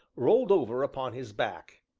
rolled over upon his back,